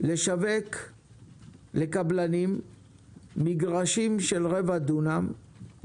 לשווק לקבלנים מגרשים של רבע דונם.